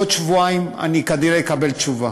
בעוד שבועיים אני כנראה אקבל תשובה.